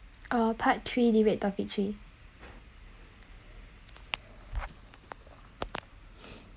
part three debate topic three